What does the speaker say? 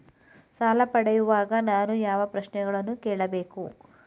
ಸಾಲ ಪಡೆಯುವಾಗ ನಾನು ಯಾವ ಪ್ರಶ್ನೆಗಳನ್ನು ಕೇಳಬೇಕು?